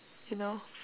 you know